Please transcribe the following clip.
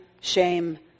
shame